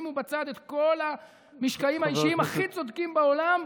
שימו בצד את כל המשקעים האישיים הכי צודקים בעולם,